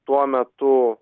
tuo metu